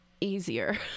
easier